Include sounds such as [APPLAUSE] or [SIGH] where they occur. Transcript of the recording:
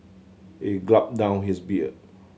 he [UNINTELLIGIBLE] down his beer